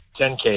10K